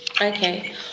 Okay